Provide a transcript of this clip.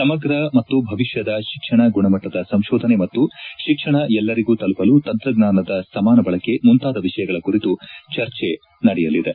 ಸಮಗ್ರ ಮತ್ತು ಭವಿಷ್ತದ ಶಿಕ್ಷಣ ಗುಣಮಟ್ಟದ ಸಂಶೋಧನೆ ಮತ್ತು ಶಿಕ್ಷಣ ಎಲ್ಲರಿಗೂ ತಲುಪಲು ತಂತ್ರಜ್ವಾನದ ಸಮಾನ ಬಳಕೆ ಮುಂತಾದ ವಿಷಯಗಳ ಕುರಿತು ಚರ್ಚೆ ನಡೆಯಲಿವೆ